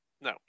No